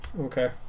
okay